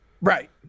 Right